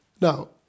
Now